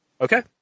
Okay